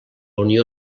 unió